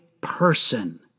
person